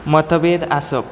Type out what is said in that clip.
मतभेद आसप